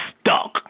stuck